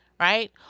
right